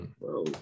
bro